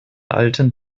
alten